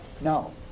no